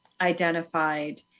identified